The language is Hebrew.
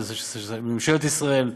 של ממשלת ישראל,